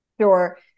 Sure